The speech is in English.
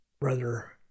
Brother